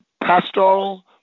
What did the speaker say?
pastoral